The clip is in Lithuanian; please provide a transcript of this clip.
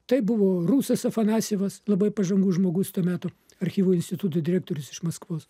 tai buvo rusas afanasjevas labai pažangus žmogus to meto archyvų instituto direktorius iš maskvos